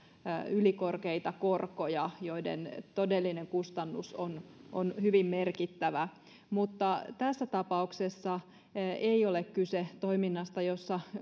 ylikorkeita korkoja joiden todellinen kustannus on on hyvin merkittävä mutta tässä tapauksessa ei ole kyse toiminnasta jossa